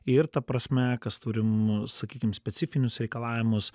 ir ta prasme kas turim sakykim specifinius reikalavimus